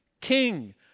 king